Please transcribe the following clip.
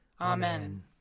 Amen